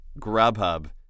Grubhub